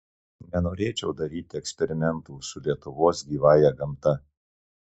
nenorėčiau daryti eksperimentų su lietuvos gyvąja gamta